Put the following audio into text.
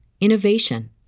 innovation